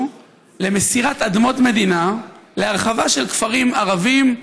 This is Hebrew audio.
למסירת אדמות מדינה להרחבה של כפרים ערביים.